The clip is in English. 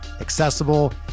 accessible